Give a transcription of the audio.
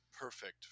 perfect